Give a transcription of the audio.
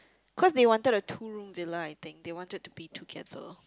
cause they wanted a two room Villa I think they wanted to be together